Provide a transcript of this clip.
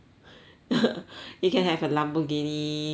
you can have a Lamborghini party